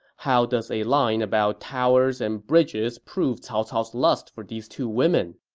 how does a line about towers and bridges prove cao cao's lust for these two women?